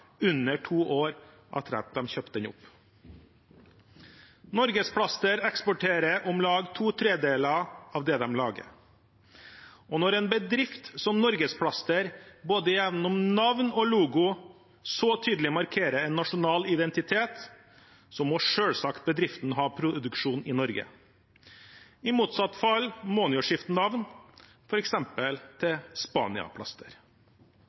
under to år etter at de kjøpte den opp. Norgesplaster eksporterer om lag to tredeler av det de lager. Når en bedrift som Norgesplaster gjennom både navn og logo så tydelig markerer en nasjonal identitet, må selvsagt bedriften ha produksjon i Norge. I motsatt fall må den jo skifte navn, f.eks. til Spaniaplaster.